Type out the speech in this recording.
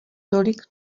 tolik